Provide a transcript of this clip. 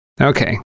Okay